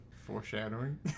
Foreshadowing